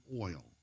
oil